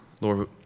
Lord